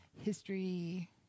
history